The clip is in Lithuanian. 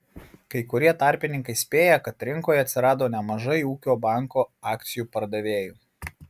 kai kurie tarpininkai spėja kad rinkoje atsirado nemažai ūkio banko akcijų pardavėjų